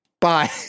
Bye